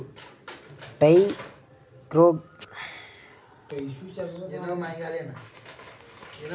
trichogramma ಕಣಜ ಜಾತಿಯ ಕೀಟ ಎರಡು ದಿನದಲ್ಲಿ ಮರಿ ಕೋಶಾವಸ್ತೆಯಿಂದ ಪ್ರೌಢ ಕಣಜಗಳಾಗುತ್ವೆ ಕಣಜ ಬೆಳೆ ರಕ್ಷಿಸೊ ಪಾತ್ರವಹಿಸ್ತವೇ